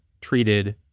treated